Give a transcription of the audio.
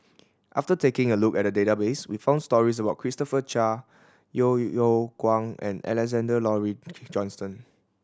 after taking a look at the database we found stories about Christopher Chia Yeo Yeow Kwang and Alexander Laurie Johnston